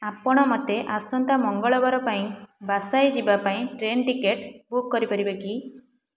ଆପଣ ମୋତେ ଆସନ୍ତା ମଙ୍ଗଳବାର ପାଇଁ ବାସାଇ ଯିବା ପାଇଁ ଟ୍ରେନ୍ ଟିକେଟ୍ ବୁକ୍ କରିପାରିବେ କି